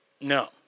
No